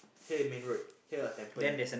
here main road here a temple